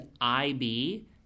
IB